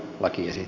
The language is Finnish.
sopii